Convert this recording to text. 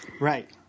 Right